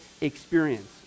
experience